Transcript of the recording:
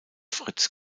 fritz